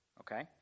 Okay